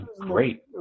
great